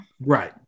Right